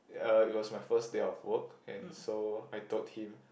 uh it was my first day of work and so I told him